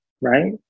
right